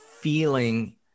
feeling